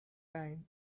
time